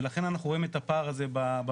ולכן אנחנו רואים את הפער הזה במספרים.